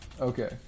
Okay